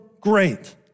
great